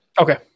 Okay